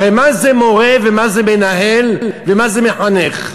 הרי מה זה מורה ומה זה מנהל ומה זה מחנך?